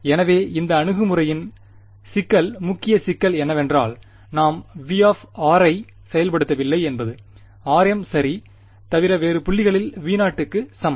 எனவே இந்த அணுகுமுறையின் சிக்கல் முக்கிய சிக்கல் என்னவென்றால் நாம் V ஐ செயல்படுத்தவில்லை என்பது rm சரி தவிர வேறு புள்ளிகளில் V0 க்கு சமம்